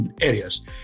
areas